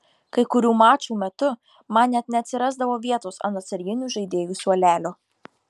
kai kurių mačų metu man net neatsirasdavo vietos ant atsarginių žaidėjų suolelio